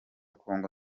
congo